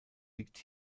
liegt